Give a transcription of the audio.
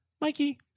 Mikey